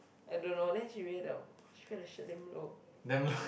I don't know then she wear the she wear the shirt damn low